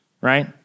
right